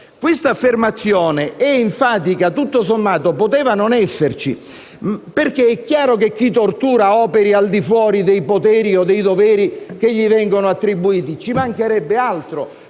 Quest'affermazione è enfatica e, tutto sommato, poteva non esserci, perché è chiaro che chi tortura opera al di fuori dei poteri e doveri che gli vengono attribuiti. Ci mancherebbe altro